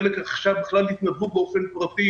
חלק עכשיו התנדבו בכלל באופן פרטי,